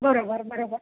बरोबर बरोबर